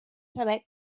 saber